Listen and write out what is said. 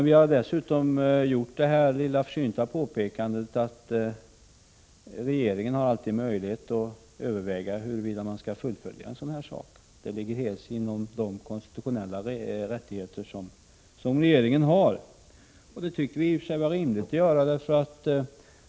Vi har dessutom gjort det försynta påpekandet att regeringen har möjlighet att överväga huruvida man skall fullfölja en sådan här sak. Det ligger helt inom de konstitutionella rättigheter som regeringen har. Vi tycker att detta är rimligt.